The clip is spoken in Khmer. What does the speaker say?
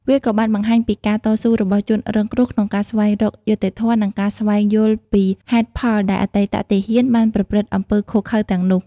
វាក៏បានបង្ហាញពីការតស៊ូរបស់ជនរងគ្រោះក្នុងការស្វែងរកយុត្តិធម៌ និងការស្វែងយល់ពីហេតុផលដែលអតីតទាហានបានប្រព្រឹត្តអំពើឃោរឃៅទាំងនោះ។